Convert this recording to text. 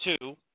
two